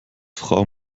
frau